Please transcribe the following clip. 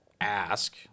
ask